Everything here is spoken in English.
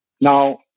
Now